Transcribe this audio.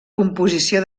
composició